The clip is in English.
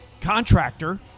contractor